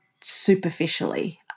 superficially